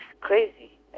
crazy